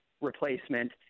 replacement